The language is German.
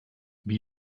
wie